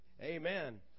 amen